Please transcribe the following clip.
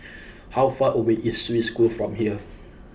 how far away is Swiss School from here